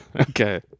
Okay